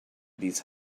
these